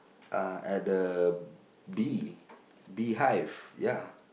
uh at the bee beehive ya